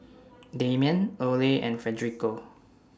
Damian Oley and Federico